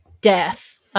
death